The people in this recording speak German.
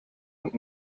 und